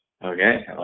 Okay